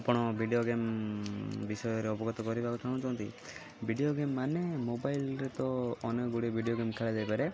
ଆପଣ video game ବିଷୟରେ ଅବଗତ କରିବାକୁ ଚାହୁଁଛନ୍ତି ଭିଡ଼ିଓ ଗେମ୍ମାନେ ମୋବାଇଲରେ ତ ଅନେକ ଗୁଡ଼ିଏ ଭିଡ଼ିଓ ଗେମ୍ ଖେଳା ଯାଇପାରେ